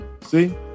See